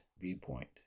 viewpoint